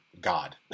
god